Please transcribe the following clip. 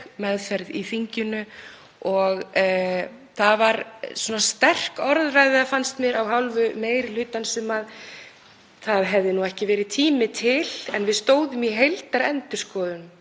meðferð í þinginu og það var sterk orðræða, fannst mér, af hálfu meiri hlutans um að það hefði ekki verið tími til. En við stóðum í heildarendurskoðun